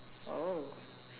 oh